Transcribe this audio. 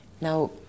Now